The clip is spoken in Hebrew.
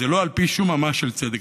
זה לא על פי שום אמת מידה של צדק.